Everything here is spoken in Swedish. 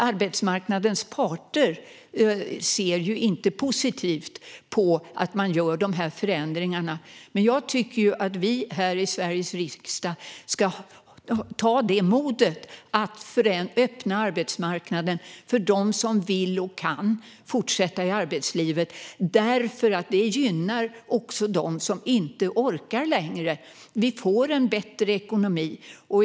Arbetsmarknadens parter ser inte positivt på att man gör dessa förändringar, men jag tycker att vi här i Sveriges riksdag ska ha modet att öppna arbetsmarknaden för dem som vill och kan fortsätta i arbetslivet, för detta gynnar också dem som inte orkar längre. Vi får en bättre ekonomi.